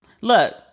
Look